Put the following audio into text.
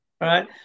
right